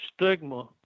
Stigma